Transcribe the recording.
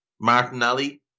Martinelli